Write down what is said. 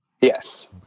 Yes